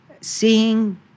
seeing